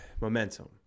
momentum